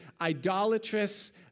idolatrous